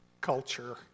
culture